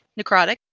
Necrotic